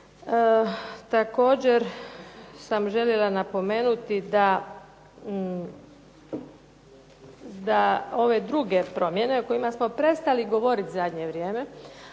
Također sam željela napomenuti da ove druge promjene o kojima smo prestali govoriti zadnje vrijeme,